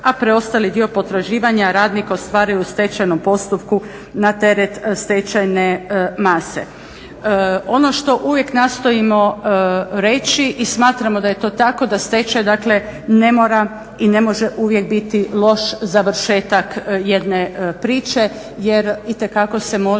a preostali dio potraživanja radnika ostvaruju u stečajnom postupku na teret stečajne mase. Ono što uvijek nastojimo reći i smatramo da je to tako da stečaj dakle ne mora i ne može uvijek biti loš završetak jedne priče jer itekako se može